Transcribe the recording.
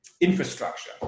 infrastructure